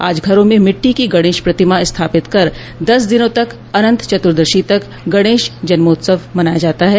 आज घरों में मिट्टी की गणश प्रतिमा स्थापित कर दस दिनों तक अनंत चतुर्थीदशी तक गणेश जन्मोत्सव मनाया जाता है